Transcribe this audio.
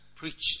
preached